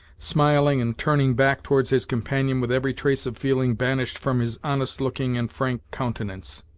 smiling, and turning back towards his companion with every trace of feeling banished from his honest-looking and frank countenance.